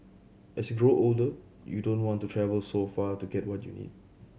as you grow older you don't want to travel so far to get what you need